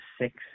six